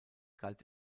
galt